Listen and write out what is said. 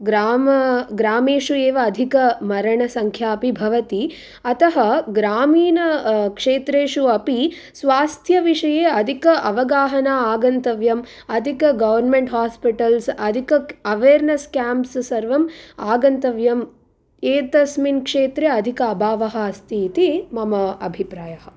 ग्राम ग्रामेषु एव अधिकमरणसङ्ख्या अपि भवति अतः ग्रामीणक्षेत्रेषु अपि स्वास्थ्यविषये अधिक अवगाहना आगन्तव्यम् अधिक गवर्मेण्ट् हास्पिटल्स् अधिक अवेर्नेस् केम्प्स् सर्वम् आगन्तव्यम् एतस्मिन् क्षेत्रे अधिक अभावः अस्ति इति मम अभिप्रायः